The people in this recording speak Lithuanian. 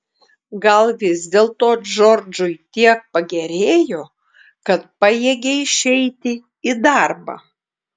gal vis dėlto džordžui tiek pagerėjo kad pajėgė išeiti į darbą